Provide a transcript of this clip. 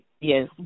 Yes